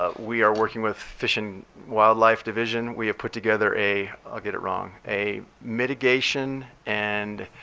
ah we are working with fish and wildlife division. we have put together a i'll get it wrong a mitigation and